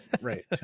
Right